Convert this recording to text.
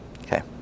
Okay